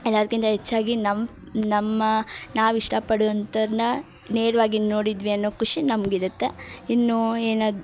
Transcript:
ಎಲ್ಲದ್ಕಿಂತ ಹೆಚ್ಚಾಗಿ ನಮ್ಮ ನಮ್ಮ ನಾವು ಇಷ್ಟ ಪಡುವಂಥೋರನ್ನ ನೇರವಾಗಿ ನೋಡಿದ್ವಿ ಅನ್ನೋ ಖುಷಿ ನಮ್ಗೆ ಇರುತ್ತೆ ಇನ್ನೂ ಏನು